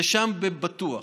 זה שם בטוח.